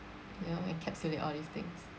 you know encapsulate all these things